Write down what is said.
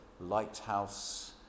lighthouse